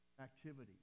activity